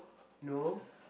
no